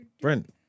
Brent